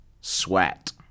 Sweat